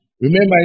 Remember